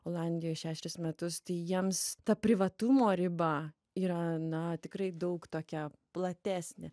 olandijoj šešeris metus tai jiems ta privatumo riba yra na tikrai daug tokia platesnė